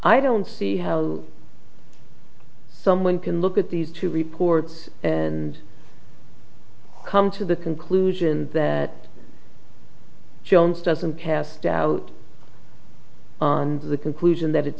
i don't see how someone can look at these two reports and come to the conclusion that jones doesn't have doubt on the conclusion that it's